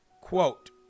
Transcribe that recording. quote